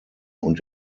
und